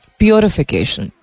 purification